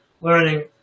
learning